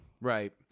Right